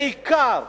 בעיקר,